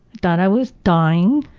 thought i was dying